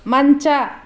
ಮಂಚ